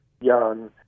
young